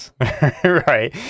right